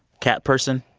cat person.